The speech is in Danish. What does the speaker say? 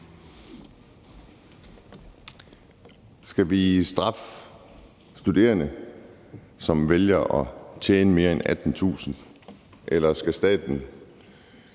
Skal vi straffe studerende, som vælger at tjene mere end 18.000 kr.? Eller skal staten